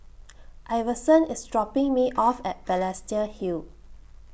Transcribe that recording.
Iverson IS dropping Me off At Balestier Hill